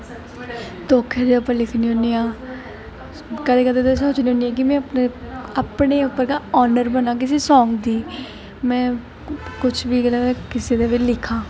धोखें दे उप्पर लिखनी होनी आं कदें कदें में सोचनी होनी आं कि में अपने अपने उप्पर गै ऑनर बनांऽ किसे सांग दी में कुछ बी मतलब किसे दा लिखांऽ